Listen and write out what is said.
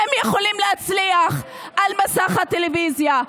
הם יכולים להצליח על מסך הטלוויזיה.